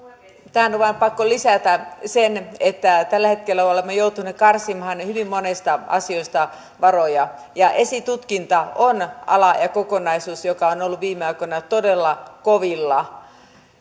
tähän on vaan pakko lisätä se että tällä hetkellä olemme joutuneet karsimaan hyvin monesta asiasta varoja ja esitutkinta on ala ja kokonaisuus joka on ollut viime aikoina todella kovilla